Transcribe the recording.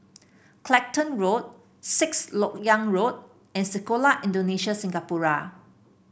Clacton Road Sixth LoK Yang Road and Sekolah Indonesia Singapura